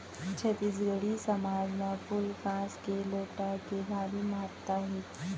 छत्तीसगढ़ी समाज म फूल कांस के लोटा के भारी महत्ता हे